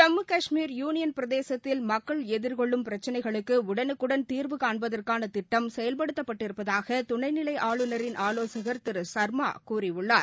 Jammu Kashmir union பிரதேசத்தில் மக்கள் எதிர்கொள்ளும் பிரச்சினைகளுக்கு உடனுக்குடன் தீர்வு காண்பதற்கான திட்டம் செயல்படுத்தப்பட்டிருப்பதாக துணை நிலை ஆளுநரின் ஆலோசகர் திரு சாமா கூறியுள்ளார்